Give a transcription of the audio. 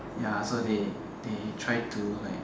ya so they they try to like